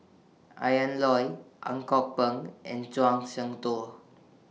Ian Loy Ang Kok Peng and Zhuang Shengtao